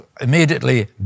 immediately